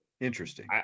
Interesting